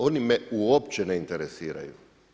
Oni me uopće ne interesiraju.